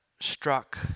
struck